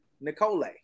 Nicole